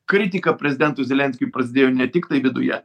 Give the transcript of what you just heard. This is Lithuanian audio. kritika prezidentui zelenskiui prasidėjo ne tiktai viduje